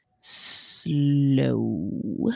slow